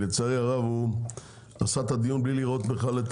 לצערי הרב הוא עשה את הדיון בלי לראות בכלל את